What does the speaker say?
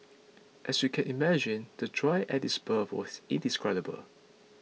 as you can imagine the joy at his birth was indescribable